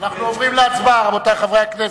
אנחנו עוברים להצבעה, רבותי חברי הכנסת.